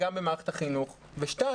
כמו שכולנו